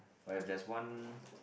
but if there's one